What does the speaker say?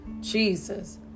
Jesus